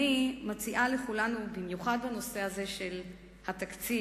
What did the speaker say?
אני מציעה לכולנו, במיוחד בנושא הזה של התקציב,